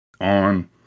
on